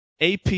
AP